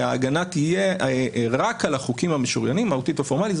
ההגנה תהיה רק על החוקים המשוריינים מהותית או פורמלית.